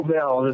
Bell